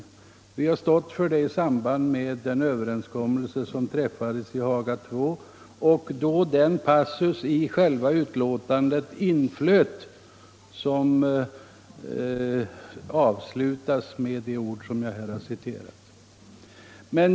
Vi har stått för det i samband med Haga II-överenskommelsen och vid det tillfälle då den passus inflöt i utskottsbetänkandet som avslutas med de ord som jag nyss citerade.